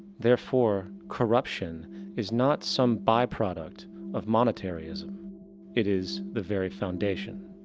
therefore, corruption is not some byproduct of monetary-ism, it is the very foundation.